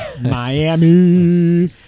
Miami